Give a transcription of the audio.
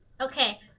Okay